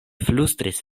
flustris